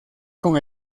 con